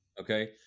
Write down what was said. Okay